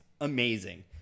amazing